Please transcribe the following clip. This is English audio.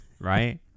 right